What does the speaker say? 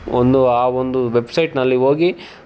ಒಂದು ಆ ಒಂದು ವೆಬ್ಸೈಟಿನಲ್ಲಿ ಹೋಗಿ